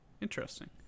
Interesting